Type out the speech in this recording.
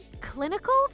clinical